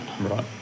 Right